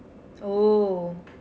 oh